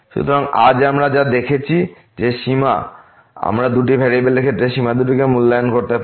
সুতরাং আজ আমরা যা দেখেছি যে সীমা আমরা দুটি ভেরিয়েবলের ক্ষেত্রে সীমা দুটিকে মূল্যায়ন করতে পারি